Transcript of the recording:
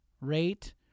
rate